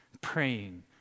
praying